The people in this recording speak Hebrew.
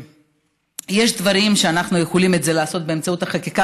יש דברים שאנחנו יכולים לעשות באמצעות החקיקה